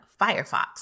Firefox